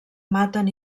maten